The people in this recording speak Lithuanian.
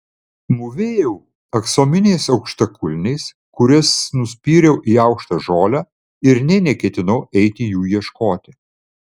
mūvėjau aksominiais aukštakulniais kuriuos nuspyriau į aukštą žolę ir nė neketinau eiti jų ieškoti